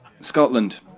Scotland